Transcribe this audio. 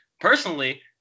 personally